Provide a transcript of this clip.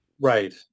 Right